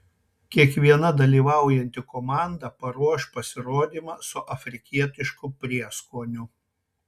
kiekviena dalyvaujanti komanda paruoš pasirodymą su afrikietišku prieskoniu